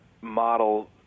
model